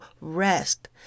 rest